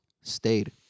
stayed